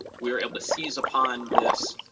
we were able to seize upon this